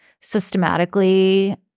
systematically